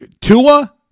Tua